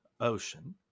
ocean